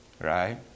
right